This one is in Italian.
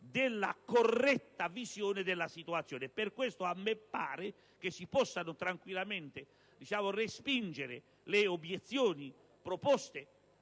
della corretta visione della situazione. Per questo, a me pare che si possano tranquillamente respingere le obiezioni proposte,